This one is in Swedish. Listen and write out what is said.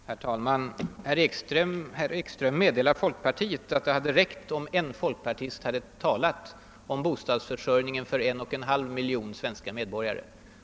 Herr talman! Herr Ekström meddelar att det skulle ha räckt om en folkpartist hade yttrat sig om bostadsförsörjningen för en och en halv miljon människor i Storstockholm.